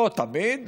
לא תמיד,